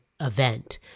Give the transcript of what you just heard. event